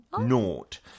Nought